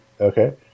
Okay